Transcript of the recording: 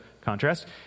contrast